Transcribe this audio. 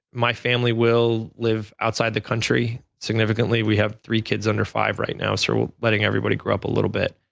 my family will live outside the country significantly. we have three kids under five right now, so we're letting everybody grew up a little bit,